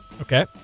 Okay